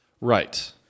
right